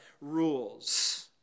rules